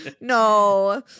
No